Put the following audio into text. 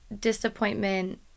disappointment